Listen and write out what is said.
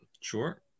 Sure